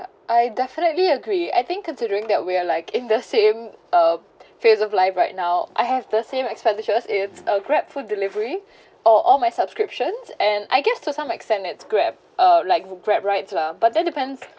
I definitely agree I think considering that we are like in the same uh phase of life right now I have the same expenditures it's a grabfood delivery or all my subscriptions and I guess to some extend it's Grab uh like Grab rides lah but that depends